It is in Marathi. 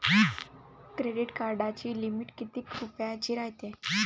क्रेडिट कार्डाची लिमिट कितीक रुपयाची रायते?